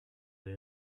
they